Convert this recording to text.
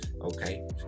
okay